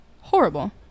horrible